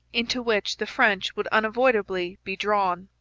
into which the french would unavoidably be drawn.